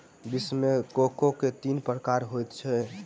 विश्व मे कोको के तीन प्रकार होइत अछि